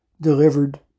delivered